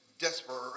desperate